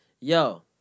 yo